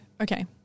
okay